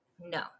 No